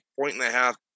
point-and-a-half